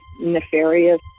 nefarious